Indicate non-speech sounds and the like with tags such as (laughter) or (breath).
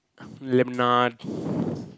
lemonade (breath)